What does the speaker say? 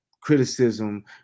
criticism